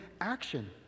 action